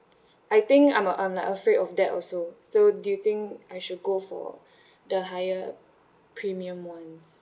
I think I'm I'm like afraid of that also so do you think I should go for the higher premium one